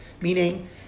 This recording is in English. Meaning